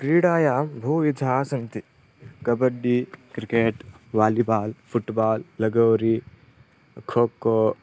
क्रीडायां बहुविधाः सन्ति kabaddi cricket volleyball football lagori खोको